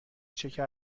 شکر